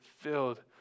filled